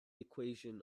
equation